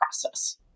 process